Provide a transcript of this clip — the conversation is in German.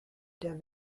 der